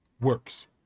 works